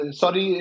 sorry